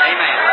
Amen